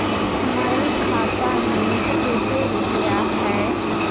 हमर खाता में केते रुपया है?